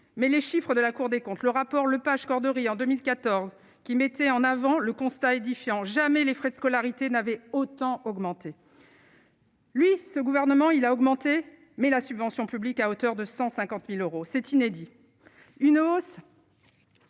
mais les chiffres de la Cour des comptes Le rapport Lepage Corderie en 2014 qui mettait en avant le constat édifiant : jamais les frais de scolarité n'avait autant augmenté. Lui, ce gouvernement il a augmenté, mais la subvention publique à hauteur de 150000 euros, c'est inédit, une hausse.